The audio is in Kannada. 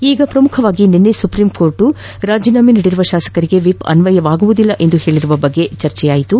ಈಗ ಪ್ರಮುಖವಾಗಿ ನಿನ್ನೆ ಸುಪ್ರೀಂಕೋರ್ಟ್ ರಾಜೀನಾಮೆ ನೀಡಿರುವ ಶಾಸಕರಿಗೆ ವಿಪ್ ಅನ್ವಯಿಸುವುದಿಲ್ಲ ಎಂದು ಹೇಳಿರುವ ಬಗ್ಗೆ ಚರ್ಚೆಯಾಯಿತು